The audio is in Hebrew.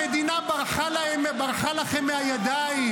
המדינה ברחה לכם מהידיים,